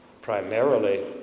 primarily